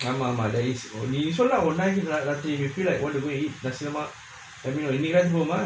ஆமா ஆமா நீ சொல்ற ஒரு நாள் ராத்திரிக்கு கீழ:aamaa aamaa nee solra oru naal raathirikku kezha want to go eat nasi lemak என்னிகினாச்சி போவோமா:ennikinaachi povomaa